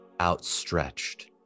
outstretched